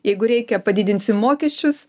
jeigu reikia padidinsim mokesčius